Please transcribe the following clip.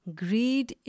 greed